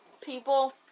people